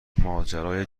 ماجرای